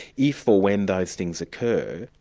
if or when those things occur,